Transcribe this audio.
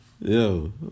yo